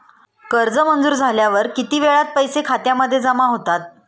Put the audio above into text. कर्ज मंजूर झाल्यावर किती वेळात पैसे खात्यामध्ये जमा होतात?